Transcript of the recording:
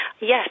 Yes